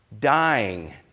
dying